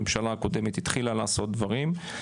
הממשלה הקודמת התחילה לעשות דברים,